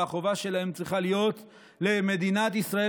והחובה שלהם צריכה להיות למדינת ישראל